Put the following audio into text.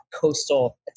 coastal